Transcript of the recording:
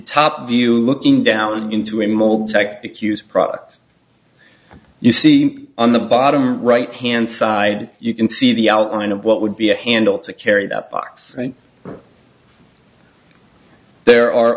top view looking down into a mold tactic use product you see on the bottom right hand side you can see the outline of what would be a handle to carry that box and there are